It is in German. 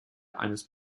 eines